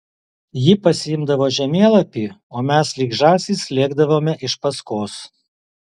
ji pasiimdavo žemėlapį o mes lyg žąsys lėkdavome iš paskos